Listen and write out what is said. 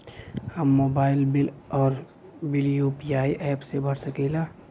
हम mobile bill और bill UPI app से भर सकिला